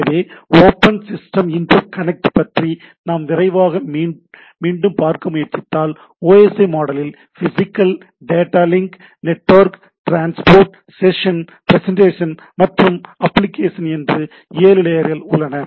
எனவே open system interconnect பற்றி நாம் விரைவாக மீண்டும் பார்க்க முயற்சித்தால் ஓஎஸ்ஐ மாடலில் physical data link network transport session presentation மற்றும் அப்ளிகேஷன் என்று 7 லேயர்கள் உள்ளன